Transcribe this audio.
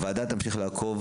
הוועדה תמשיך לעקוב